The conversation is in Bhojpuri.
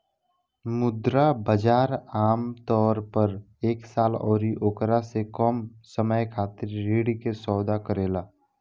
मुद्रा बाजार आमतौर पर एक साल अउरी ओकरा से कम समय खातिर ऋण के सौदा करेला